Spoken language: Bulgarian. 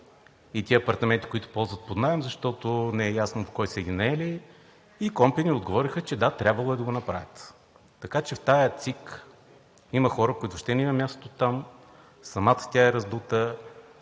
тези апартаменти, които ползват под наем, защото не е ясно от кой са ги наели и от КОНПИ ни отговориха, че да, трябвало е да го направят. Така че в тази ЦИК има хора, на които въобще не им е мястото там и самата тя е раздута.